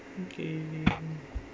K